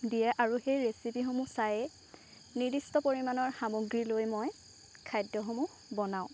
দিয়ে আৰু সেই ৰেচিপিসমূহ চায়ে নিৰ্দিষ্ট পৰিমাণৰ সামগ্ৰী লৈ মই খাদ্যসমূহ বনাও